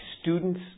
students